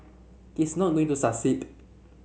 he is not going to succeed